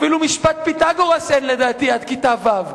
אפילו משפט פיתגורס אין לדעתי עד כיתה ו'.